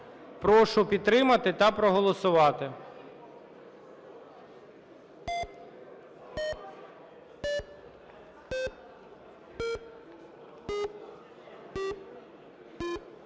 Прошу підтримати та проголосувати.